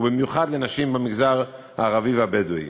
ולכן, אפילו בבג"ץ, בבג"ץ,